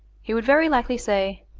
he would very likely say,